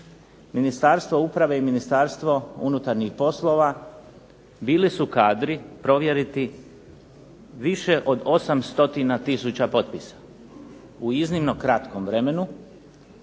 Ministarstvo uprave i Ministarstvo unutarnjih poslova bili su kadri provjeriti više od 8 stotina tisuća potpisa u iznimno kratkom vremenu,